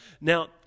Now